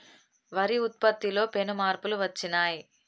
వరి ఉత్పత్తిలో పెను మార్పులు వచ్చినాయ్